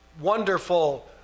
wonderful